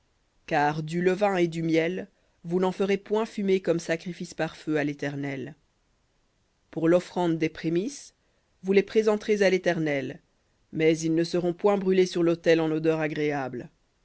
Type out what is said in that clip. car du levain et du miel vous n'en ferez point fumer comme sacrifice par feu à léternel pour l'offrande des prémices vous les présenterez à l'éternel mais ils ne seront point brûlés sur l'autel en odeur agréable